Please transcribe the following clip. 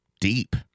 deep